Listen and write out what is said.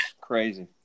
crazy